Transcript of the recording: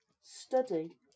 study